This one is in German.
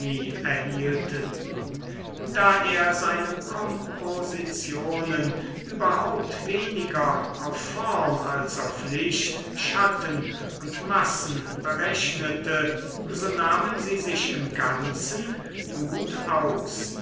erhielten da er seine kompositionen überhaupt weniger auf form als auf licht schatten und massen berechnete so nahmen sie sich im ganzen gut aus